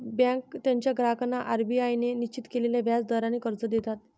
बँका त्यांच्या ग्राहकांना आर.बी.आय ने निश्चित केलेल्या व्याज दराने कर्ज देतात